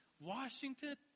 Washington